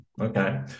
Okay